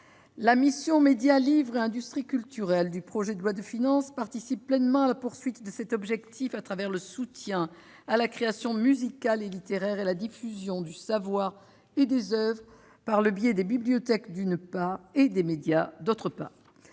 La mission « Médias, livre et industries culturelles » du projet de loi de finances participe pleinement à la poursuite de cet objectif, à travers le soutien à la création musicale et littéraire et à la diffusion du savoir et des oeuvres par le biais des bibliothèques comme des médias. Le budget